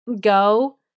go